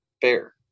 fair